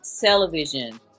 television